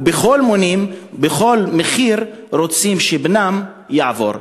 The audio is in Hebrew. ובכל מחיר רוצים שבנם יעבור.